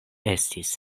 estis